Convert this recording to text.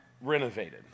renovated